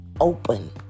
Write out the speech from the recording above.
open